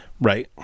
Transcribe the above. Right